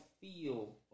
feel